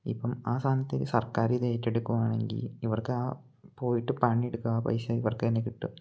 ഇപ്പം ആ സ്ഥാനത്ത് സർക്കാര് ഇതേറ്റെടുക്കുകയാണെങ്കില് ഇവർക്ക് ആ പോയിട്ട് പണിയെടുക്കുക ആ പൈസ ഇവർക്ക് തന്നെ കിട്ടും